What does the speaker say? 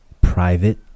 private